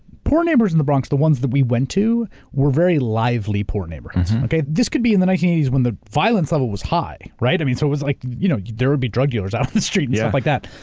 poor neighborhood in the bronx, the ones that we went to were very lively, poor neighborhoods. okay. this can be in the nineteen eighty s when the violence level was high. right. i mean, so it was like, you know there would be drug dealers out of the street and stuff yeah like that,